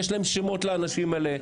יש להם שמות לאנשים האלה,